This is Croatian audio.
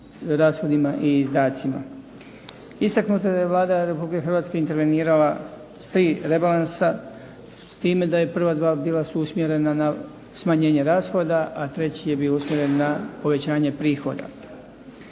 rashodima i izdacima. Istaknuto je da je Vlada Republike Hrvatske intervenirala sa tri rebalansa s time da prva dva bila su usmjerena na smanjenje rashoda a treći je bio usmjeren na povećanje prihoda.